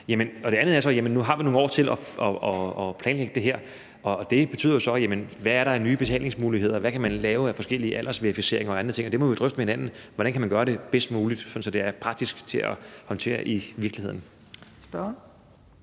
Det andet er så, at vi nu har nogle år til at planlægge det her, og det betyder så, at vi kan se på, hvad der er af nye betalingsmuligheder, hvad der kan laves af forskellige aldersverificeringer og andre ting. Vi må drøfte med hinanden, hvordan man kan gøre det bedst muligt, sådan at det praktisk er til at håndtere i virkeligheden.